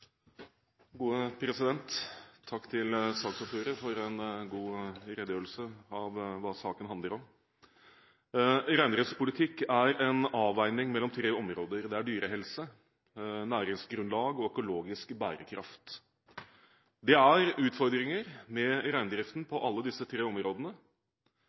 Takk til saksordføreren for en god redegjørelse av hva saken handler om. Reindriftspolitikk er en avveining mellom tre områder – dyrehelse, næringsgrunnlag og økologisk bærekraft – og det er utfordringer med reindriften på alle disse tre områdene.